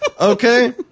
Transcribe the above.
Okay